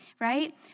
right